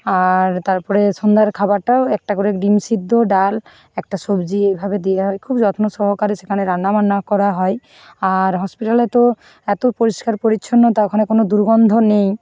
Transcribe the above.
আর তারপরে সন্ধ্যার খাবারটাও একটা করে ডিম সিদ্ধ ডাল একটা সব্জি এইভাবে দেওয়া হয় খুব যত্ন সহকারে সেখানে রান্নাবান্নাও করা হয় আর হসপিটালে তো এত পরিষ্কার পরিছন্নতা ওখানে কোনও দুর্গন্ধ নেই